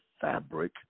fabric